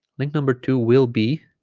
link number two will be